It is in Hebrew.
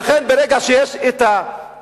לכן, ברגע שיש תירוץ,